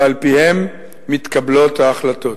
ועל-פיהם מתקבלות ההחלטות.